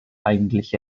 eigentlich